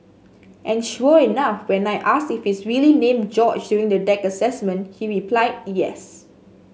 and sure enough when I asked if he's really named George during the deck assessment he replied yes